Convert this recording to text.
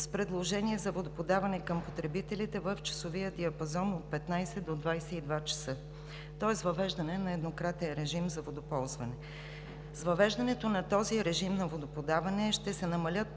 предложение за водоподаване към потребителите в часовия диапазон от 15,00 до 22,00 ч., тоест въвеждане на еднократен режим за водоползване. С въвеждането на този режим на водоподаване ще намалее